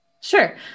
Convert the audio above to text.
Sure